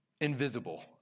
invisible